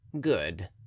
good